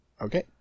Okay